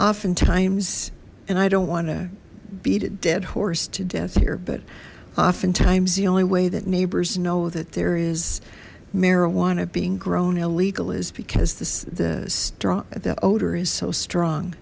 often times and i don't want to beat a dead horse to death here but oftentimes the only way that neighbors know that there is marijuana being grown illegal is because the strong that odor is so strong